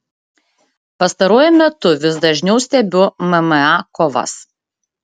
pastaruoju metu vis dažniau stebiu mma kovas